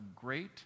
great